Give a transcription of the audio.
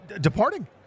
departing